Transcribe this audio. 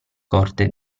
corte